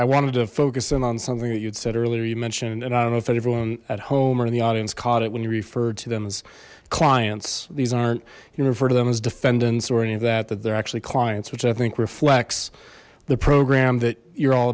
i wanted to focus in on something that you'd said earlier you mentioned and i don't know if everyone at home or the audience caught it when you refer to them as clients these aren't you refer to them as defendants or any of that that they're actually clients which i think reflects the program that you're all